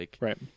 Right